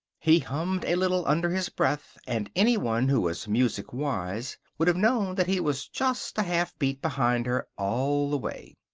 he hummed a little under his breath and anyone who was music-wise would have known that he was just a half beat behind her all the way.